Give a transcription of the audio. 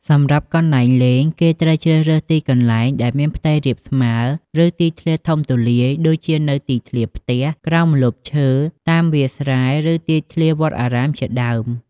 សម្រាប់់កន្លែងលេងគេត្រូវជ្រើរើសទីកន្លែងដែលមានផ្ទៃរាបស្មើ ឬទីធ្លាធំទូលាយ ដូចជានៅទីធ្លាផ្ទះ ក្រោមម្លប់ឈើ តាមវាលស្រែ ឬទីធ្លាវត្តអារាមជាដើម។